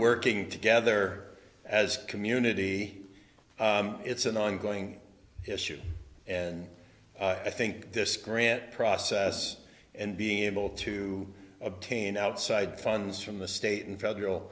working together as a community it's an ongoing issue and i think this grant process and being able to obtain outside funds from the state and federal